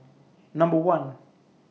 Number one